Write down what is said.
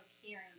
hearing